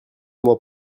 mois